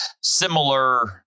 similar